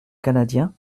canadien